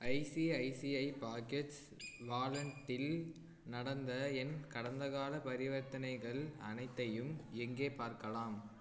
ICICI pockets வாலெட்டில் நடந்த என் கடந்தகாலப் பரிவர்த்தனைகள் அனைத்தையும் எங்கே பார்க்கலாம்